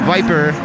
Viper